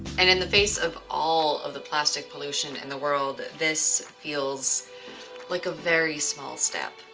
and in the face of all of the plastic pollution in the world, this feels like a very small step.